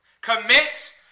Commit